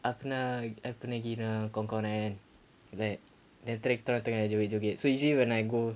aku nak aku nak pergi nak pergi jumpa kawan kawan eh like then after that kita tengah joget joget so usually when I go